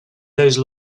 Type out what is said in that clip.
those